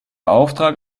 auftrag